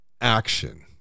action